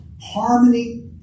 Harmony